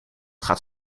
gaat